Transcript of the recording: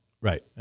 Right